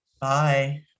bye